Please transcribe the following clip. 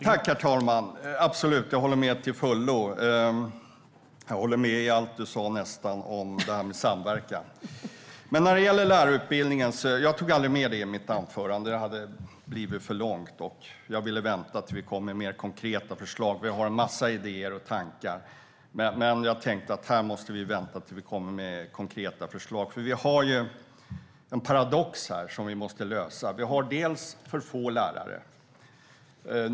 Herr talman! Jag håller med i nästan allt du sa om samverkan, Betty Malmberg. Jag håller med till fullo. Jag tog inte med lärarutbildningen i mitt anförande. Det hade blivit för långt, och jag ville vänta till dess att vi kom med mer konkreta förslag. Vi har en massa idéer och tankar. Men här måste vi vänta till dess att vi kommer med konkreta förslag. Vi har här en paradox som vi måste lösa. Vi har för få lärare.